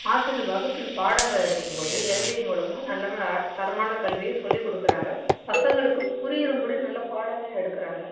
ஆசிரியர் வகுப்பில் பாடங்கள் எடுக்கும் போது எல்டி மூலமாக நல்ல தரமான கல்வியை சொல்லிக்கொடுக்குறாங்க பசங்களுக்கு புரியும்படி நல்லா பாடமும் எடுக்கிறாங்க